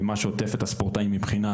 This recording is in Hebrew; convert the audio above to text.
ומה שעוטף את הספורטאי מבחינת